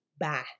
Bye